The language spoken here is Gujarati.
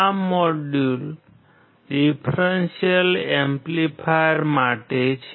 આ મોડ્યુલ ડીફ્રેન્શિઅલ એમ્પ્લીફાયર માટે છે